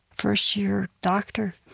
first-year doctor.